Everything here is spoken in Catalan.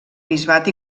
bisbat